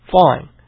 Fine